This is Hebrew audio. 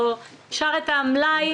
אפשר את המלאי,